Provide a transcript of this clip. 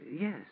Yes